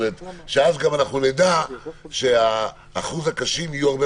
ואז אנחנו נדע שאחוז הקשים יהיה הרבה